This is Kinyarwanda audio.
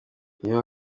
iyo